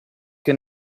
che